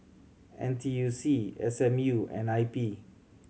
N T U C S M U and I P